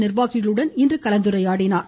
நிர்வாகிகளுடன் இன்று கலந்துரையாடினார்